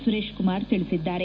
ಸುರೇಶ್ ಕುಮಾರ್ ತಿಳಿಸಿದ್ದಾರೆ